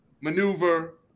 maneuver